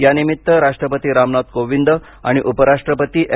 यानिमित्त राष्ट्रपती रामनाथ कोविंद आणि उपराष्ट्रपती एम